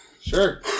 Sure